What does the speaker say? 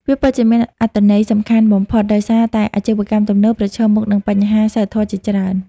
វាពិតជាមានអត្ថន័យសំខាន់បំផុត ដោយសារតែអាជីវកម្មទំនើបប្រឈមមុខនឹងបញ្ហាសីលធម៌ជាច្រើន។